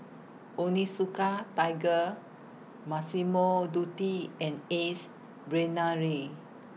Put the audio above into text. Onitsuka Tiger Massimo Dutti and Ace Brainery